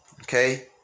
Okay